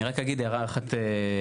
אני רק אגיד הערה אחת כללית.